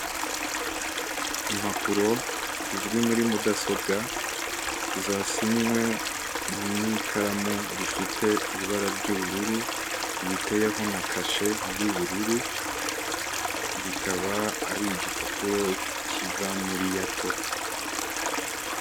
Impapuro ziri muri mudasobwa zasinywe n'ikaramu ifite ibara ry'ubururu riteyeho na kashe y'ubururu rikaba ari igipapuro kiva muri yato.